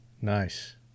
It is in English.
Nice